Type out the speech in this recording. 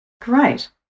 Great